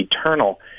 eternal